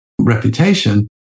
reputation